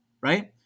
right